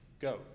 go